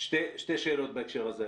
שתי שאלות בהקשר הזה.